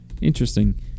interesting